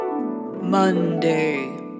Monday